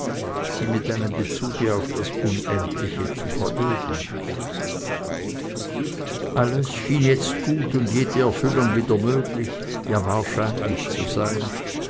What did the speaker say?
sie mit einem bezuge auf das unendliche veredeln alles schien jetzt gut und jede erfüllung wieder möglich ja wahrscheinlich zu sein